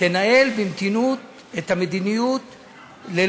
אדוני ראש הממשלה,